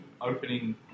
opening